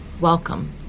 welcome